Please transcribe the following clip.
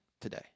today